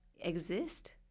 exist